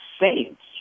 saints